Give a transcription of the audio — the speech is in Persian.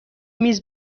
میز